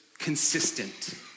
consistent